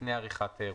לפני עריכת האירוע: